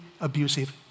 abusive